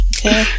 Okay